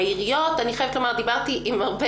העיריות אני חייבת לומר שדיברתי עם הרבה